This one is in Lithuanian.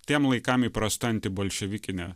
tiem laikam įprasta antibolševikinė